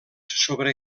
sobre